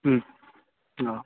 ह्मम हा